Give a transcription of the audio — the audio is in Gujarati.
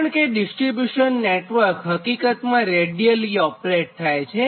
કારણ કે ડિસ્ટ્રીબ્યુશન નેટવર્ક્સ હકીકતમાં રેડીયલી ઓપરેટ થાય છે